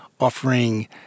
offering